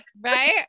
Right